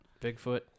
Bigfoot